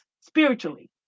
spiritually